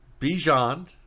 Bijan